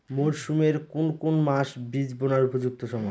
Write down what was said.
মরসুমের কোন কোন মাস বীজ বোনার উপযুক্ত সময়?